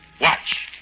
Watch